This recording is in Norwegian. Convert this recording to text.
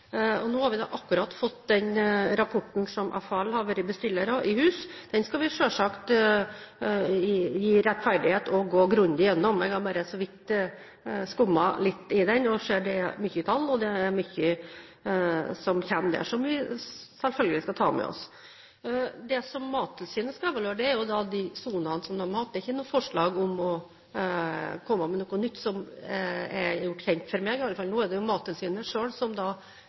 skikkelig. Nå har vi akkurat fått rapporten som FHL har bestilt, i hus. Den skal vi selvsagt gi rettferdighet og gå grundig gjennom. Jeg har bare så vidt skumlest litt i den og ser at det er mye tall og mye som kommer der som vi selvfølgelig skal ta med oss. Det som Mattilsynet skal evaluere, er de sonene som de har hatt. Det er ikke noe forslag om å komme med noe nytt, som er gjort kjent for meg i alle fall, nå er det Mattilsynet selv som